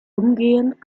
umgehend